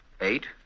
Eight